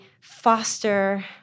foster